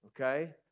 okay